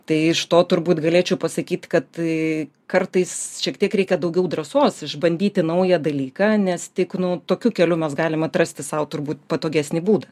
tai iš to turbūt galėčiau pasakyt kad tai kartais šiek tiek reika daugiau drąsos išbandyti naują dalyką nes tik nu tokiu keliu mes galim atrasti sau turbūt patogesnį būdą